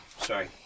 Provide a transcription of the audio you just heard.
sorry